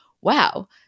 wow